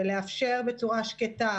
ולאפשר בצורה שקטה